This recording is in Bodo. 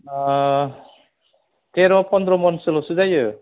थेर' फनद्र मनसोल' जायो